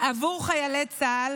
עבור חיילי צה"ל